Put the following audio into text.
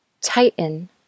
Tighten